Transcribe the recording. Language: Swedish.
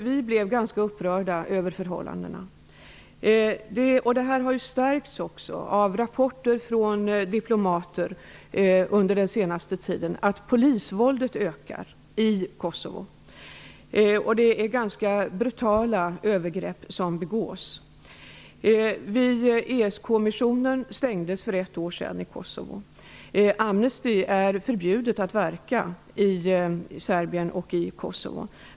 Vi blev ganska upprörda över förhållandena. Det faktum att polisvåldet i Kosovo ökar har under den senaste tiden stärkts av rapporter från dipomater. Det är ganska brutala övergrepp som begås. ESK-kommissionen stängdes för ett år sedan i Kosovo. Amnesti är förbjudet att verka i Serbien och i Kosovo.